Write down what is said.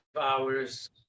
hours